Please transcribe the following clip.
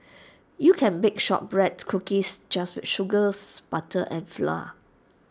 you can bake Shortbread Cookies just with sugars butter and flour